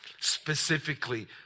specifically